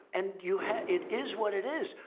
and you ha it is what it is,